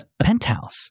penthouse